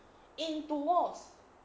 into walls